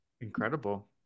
Incredible